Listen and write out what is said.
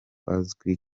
azwi